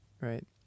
right